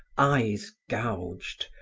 eyes gouged,